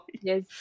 Yes